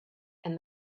and